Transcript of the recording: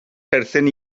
perthyn